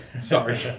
Sorry